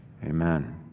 Amen